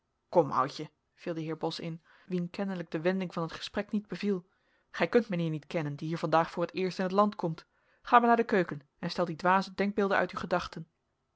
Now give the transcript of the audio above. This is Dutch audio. kom oudje viel de heer bos in wien kennelijk de wending van het gesprek niet beviel gij kunt mijnheer niet kennen die hier vandaag voor t eerst in t land komt ga maar naar de keuken en stel die dwaze denkbeelden uit uw gedachten